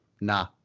nah